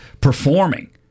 performing